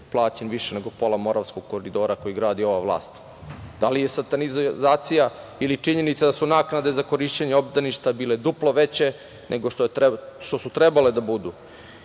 plaćen više nego pola Moravskog koridora koji gradi ova vlast. Da li je satanizacija ili činjenica da su naknade za korišenje obdaništa bile duplo veće nego što su trebale da budu